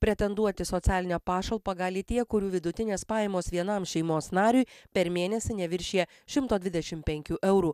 pretenduoti į socialinę pašalpą gali tie kurių vidutinės pajamos vienam šeimos nariui per mėnesį neviršija šimto dvidešimt penkių eurų